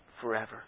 forever